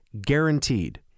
guaranteed